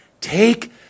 Take